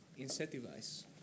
incentivize